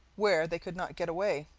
where they could not get away,